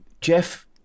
Jeff